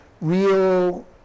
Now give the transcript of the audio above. real